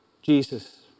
Jesus